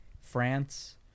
france